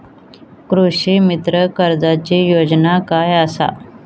कृषीमित्र कर्जाची योजना काय असा?